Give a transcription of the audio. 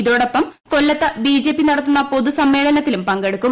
ഇതോടൊപ്പം കൊല്ലത്ത് ബിജെപി നടത്തുന്ന പൊതുസമ്മേളനത്തിലും പങ്കെടുക്കും